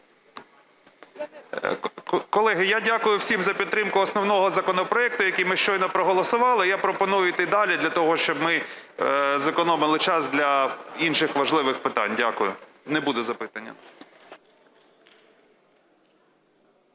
Колеги, я дякую всім за підтримку основного законопроекту, який ми щойно проголосували. Я пропоную йти далі для того, щоб ми зекономили час для інших важливих питань. Дякую. Не буде запитання.